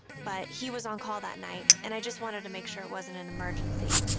but he was on call that night and i just wanted to make sure it wasn't an emergency.